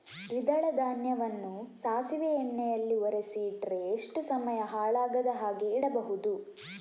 ದ್ವಿದಳ ಧಾನ್ಯವನ್ನ ಸಾಸಿವೆ ಎಣ್ಣೆಯಲ್ಲಿ ಒರಸಿ ಇಟ್ರೆ ಎಷ್ಟು ಸಮಯ ಹಾಳಾಗದ ಹಾಗೆ ಇಡಬಹುದು?